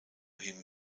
him